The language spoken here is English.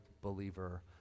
believer